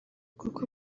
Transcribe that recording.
kuko